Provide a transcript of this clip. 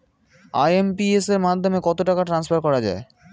IMPS এর মাধ্যমে কত টাকা ট্রান্সফার করা যায়?